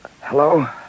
Hello